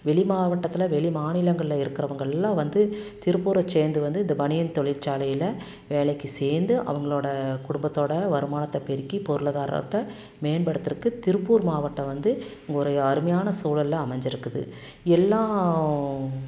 வெளி மாவட்டத்தில் வெளி மாநிலங்கள்ல இருக்கிறவங்கெள்லாம் வந்து திருப்பூரை சேர்ந்து வந்து இந்த பனியன் தொழிற்சாலைல வேலைக்கு சேர்ந்து அவங்களோட குடும்பத்தோடய வருமானத்தை பெருக்கி பொருளாதாரத்தை மேம்படுத்துகிறக்கு திருப்பூர் மாவட்டம் வந்து ஒரு அருமையான சூழலாக அமைஞ்சிருக்குது எல்லா